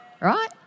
right